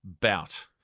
bout